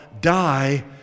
die